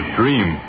dream